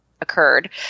occurred